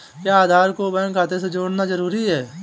क्या आधार को बैंक खाते से जोड़ना जरूरी है?